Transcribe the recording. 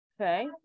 Okay